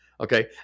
Okay